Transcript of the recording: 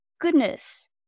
goodness